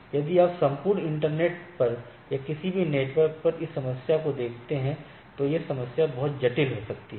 यदि आप संपूर्ण इंटरनेट पर या किसी बड़े नेटवर्क पर इस समस्या को देखते हैं तो यह समस्या बहुत जटिल हो सकती है